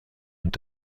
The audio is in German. und